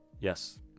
Yes